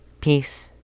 peace